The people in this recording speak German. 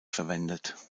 verwendet